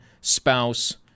spouse